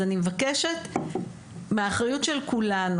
אז אני מבקשת מהאחריות של כולנו,